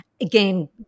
Again